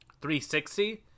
360